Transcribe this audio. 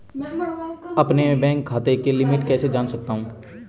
अपने बैंक खाते की लिमिट कैसे जान सकता हूं?